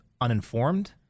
uninformed